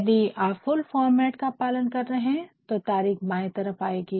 यदि आप full block format का पालन कर रहे है तो तारिख बाये तरफ आएगी